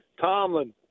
Tomlin